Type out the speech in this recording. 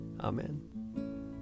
Amen